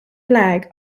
flag